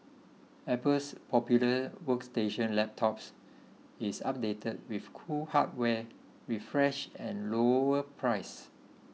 Apple's popular workstation laptops is updated with cool hardware refresh and lower prices